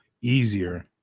easier